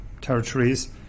territories